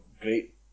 great